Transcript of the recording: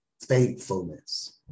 Faithfulness